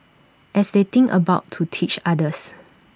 as they think about to teach others